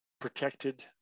protected